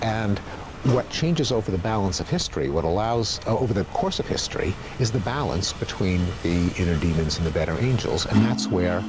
and what changes over the balance of history, what allows, over the course of history, is the balance between the inner demons and the better angels, and that's where